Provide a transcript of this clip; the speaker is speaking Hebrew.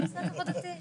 אני עושה את עבודתי.